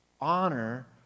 Honor